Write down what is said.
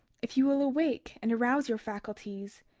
if ye will awake and arouse your faculties,